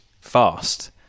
fast